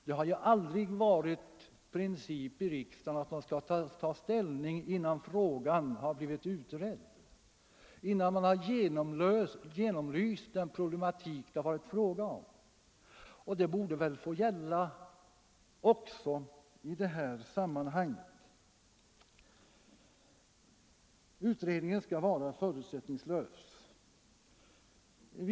Det har ju aldrig varit princip i riksdagen att ta ställning innan en fråga blivit utredd, alltså innan man genomlyst den problematik det gäller. Också i det här sammanhanget måste det vara riktigt att vänta med ställningstagandet till dess frågan blivit utredd. Utredningen skall vara förutsättningslös.